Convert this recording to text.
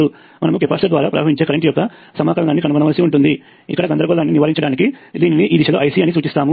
మనము కెపాసిటర్ ద్వారా ప్రవహించే కరెంట్ యొక్క సమాకలనాన్ని కనుగొనవలసి ఉంటుంది ఇక్కడ గందరగోళాన్ని నివారించడానికి దీనిని ఈ దిశలో Ic అని సూచిస్తాము